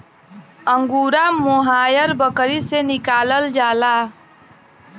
angora mohair बकरी से निकालल जाला